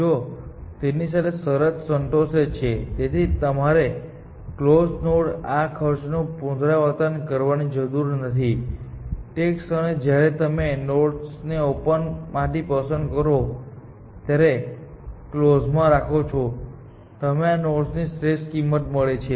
જો તેની સાથે શરત સંતોષે છેતેથી તમારે કલોઝ નોડ્સ ના ખર્ચનું પુનરાવર્તન કરવાની જરૂર નથી તે ક્ષણ જ્યારે તમે નોડ ને ઓપન માંથી પસંદ કરો અને તેને કલોઝ માં રાખો છે તમને નોડની શ્રેષ્ઠ કિંમત મળે છે